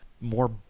more